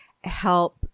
help